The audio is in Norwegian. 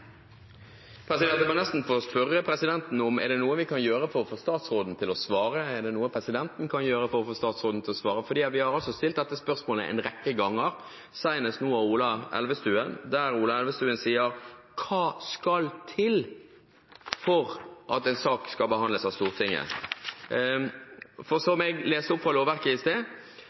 noe vi kan gjøre for å få statsråden til å svare? Er det noe presidenten kan gjøre for å få statsråden til å svare? Dette spørsmålet er stilt en rekke ganger, senest nå fra Ola Elvestuen, der han sier: Hva skal til for at en sak skal behandles av Stortinget? Jeg leste opp fra lovverket i sted, og der står det veldig klart at «Hvis ervervet gjelder vannfall som